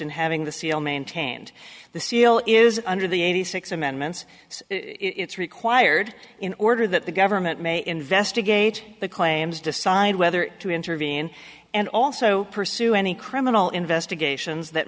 in having the seal maintained the seal is under the eighty six amendments it's required in order that the government may investigate the claims decide whether to intervene and also pursue any criminal investigations that